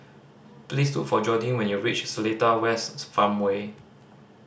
please look for Jordin when you reach Seletar Wests Farmway